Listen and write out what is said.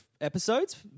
episodes